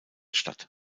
statt